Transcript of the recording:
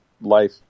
life